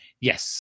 Yes